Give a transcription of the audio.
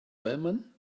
wellman